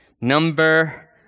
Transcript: number